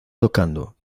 tocando